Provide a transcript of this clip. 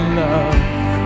love